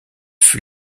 fut